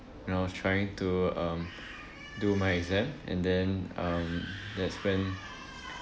when I was trying to um do my exam and then um that's when